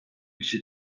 kişi